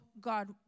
God